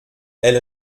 elle